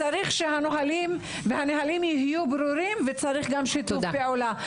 צריך שהנהלים והנהלים יהיו ברורים וצריך גם שיתוף פעולה.